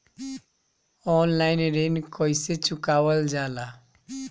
Online ऋण कईसे चुकावल जाला?